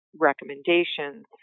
recommendations